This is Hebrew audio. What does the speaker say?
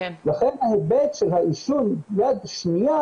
לכן ההיבט של העישון יד שנייה,